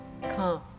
come